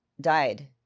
died